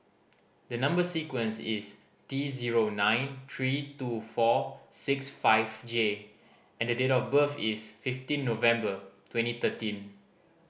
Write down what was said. the number sequence is T zero nine three two four six five J and the date of birth is fifteen November twenty thirteen